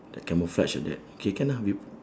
like camouflage like that K can ah we